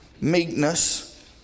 Meekness